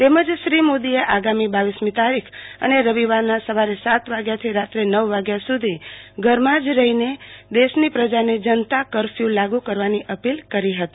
તેમજ શ્રી મોદીએ આગામી રરમી તારીખ અને રવિવારના સવારે સ ાત વાગ્યાથો રાત્રે નવ વાગ્યા સુધી ઘરમાં જ રહીને દેશની પ્રજાને જનતા કરફયુ લાગુ કરવાની અપીલ કરી હતી